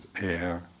air